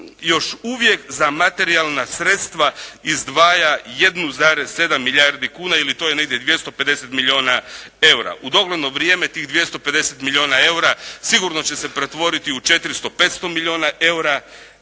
još uvijek za materijalna sredstva izdvaja 1,7 milijardi kuna ili to je negdje 250 milijuna eura. U dogledno vrijeme tih 250 milijuna eura sigurno će se pretvoriti u 400, 500 milijuna eura.